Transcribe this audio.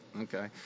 Okay